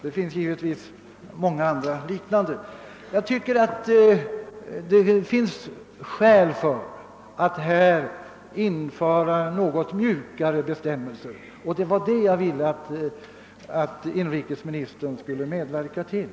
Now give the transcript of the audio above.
Det finns givetvis många liknande exempel. Jag tycker att det är anledning att införa något mjukare bestämmelser, och det var det jag ville att inrikesministern skulle medverka till.